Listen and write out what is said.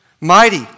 mighty